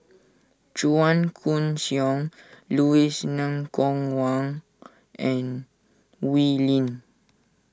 Chua Koon Siong Louis Ng Kok Kwang and Wee Lin